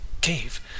cave